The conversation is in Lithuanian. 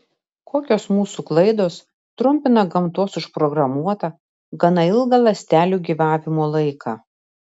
kokios mūsų klaidos trumpina gamtos užprogramuotą gana ilgą ląstelių gyvenimo laiką